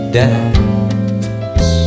dance